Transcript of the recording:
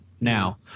now